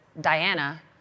Diana